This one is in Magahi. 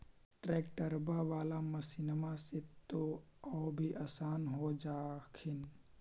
ट्रैक्टरबा बाला मसिन्मा से तो औ भी आसन हो जा हखिन?